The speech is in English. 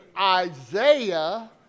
Isaiah